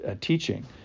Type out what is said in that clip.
teaching